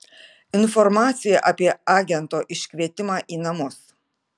informacija apie agento iškvietimą į namus